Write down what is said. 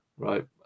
Right